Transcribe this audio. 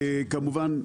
כמובן,